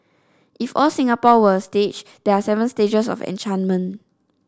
if all Singapore were a stage there are seven stages of enchantment